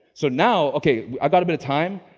so now, okay, i've got a bit of time,